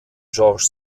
georges